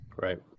Right